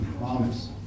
promise